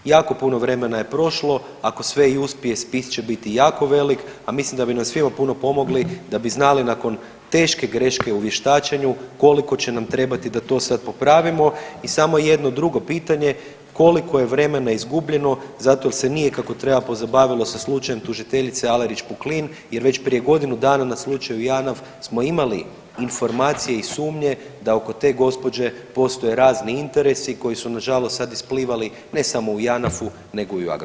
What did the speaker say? Jako puno vremena je prošlo, ako sve i uspije, spis će biti jako velik, a mislim da bi nam svima puno pomogli da bi znali nakon teške greške u vještačenju, koliko će nam trebati da to sad popravimo i samo jedno drugo pitanje, koliko je vremena izgubljeno zato jer se nije kako treba, pozabavilo sa slučajem tužiteljice Alerić Puklin jer već prije godinu dana na slučaju JANAF smo imali informacije i sumnje da oko te gospođe postoje razni interesi koji su nažalost sad isplivali, ne samo u JANAF-u nego i u Agrokoru.